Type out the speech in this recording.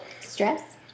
stress